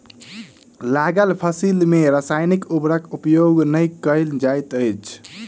लागल फसिल में रासायनिक उर्वरक उपयोग नै कयल जाइत अछि